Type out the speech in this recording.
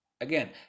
Again